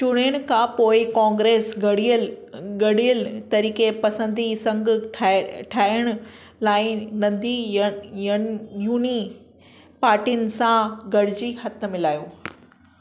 चूंड़यनि खां पोइ कॉंग्रेस गड़ियल गॾियल तरीक़े पसंदी संघ ठाहे ठाइण लाइ नंदी यनि युनी पार्टियुनि सां गॾिजी हथु मिलायो